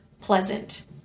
pleasant